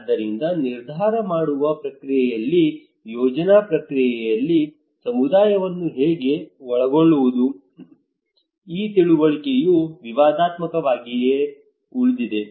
ಆದ್ದರಿಂದ ನಿರ್ಧಾರ ಮಾಡುವ ಪ್ರಕ್ರಿಯೆಯಲ್ಲಿ ಯೋಜನಾ ಪ್ರಕ್ರಿಯೆಯಲ್ಲಿ ಸಮುದಾಯವನ್ನು ಹೇಗೆ ಒಳಗೊಳ್ಳುವುದು ಈ ತಿಳುವಳಿಕೆಯು ವಿವಾದಾತ್ಮಕವಾಗಿಯೇ ಉಳಿದಿದೆ